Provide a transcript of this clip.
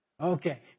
Okay